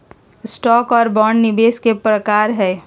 stock आर bond निवेश के प्रकार हय